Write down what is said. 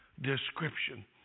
description